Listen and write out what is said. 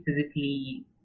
physically